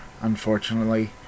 unfortunately